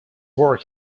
work